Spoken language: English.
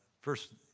first,